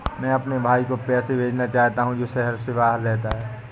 मैं अपने भाई को पैसे भेजना चाहता हूँ जो शहर से बाहर रहता है